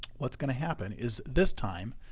what's going to happen, is this time,